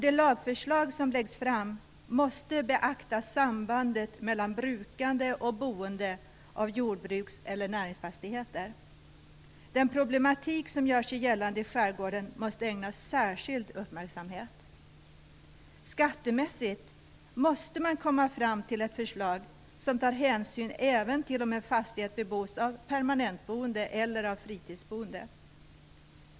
Det lagförslag som läggs fram måste beakta sambandet mellan brukande av och boende i jordbruks eller näringsfastigheter. Den problematik som gör sig gällande i skärgården måste ägnas särskild uppmärksamhet. Man måste komma fram till ett förslag som skattemässigt tar hänsyn till om en fastighet bebos av permanent boende eller av fritidsboende.